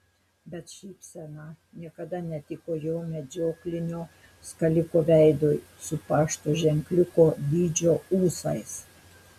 bet šypsena niekada netiko jo medžioklinio skaliko veidui su pašto ženkliuko dydžio ūsais